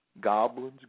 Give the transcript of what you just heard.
goblins